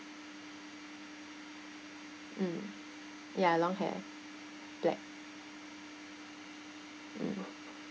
mm ya long hair black mm